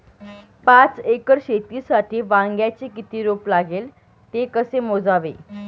पाच एकर शेतीसाठी वांग्याचे किती रोप लागेल? ते कसे मोजावे?